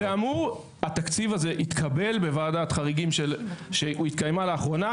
התקציב הזה התקבל בוועדת חריגים שהתקיימה לאחרונה,